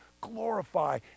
glorify